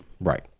right